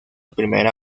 primera